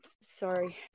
sorry